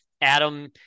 Adam